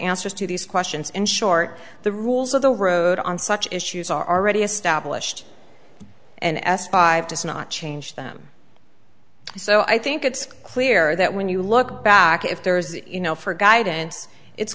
answers to these questions in short the rules of the road on such issues are already established and s by does not change them so i think it's clear that when you look back if there is you know for guidance it's